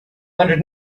hundred